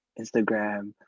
instagram